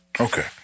Okay